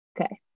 Okay